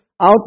out